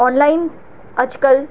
online अॼुकल्ह